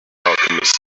alchemist